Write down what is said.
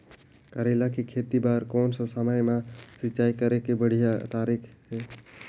करेला के खेती बार कोन सा समय मां सिंचाई करे के बढ़िया तारीक हे?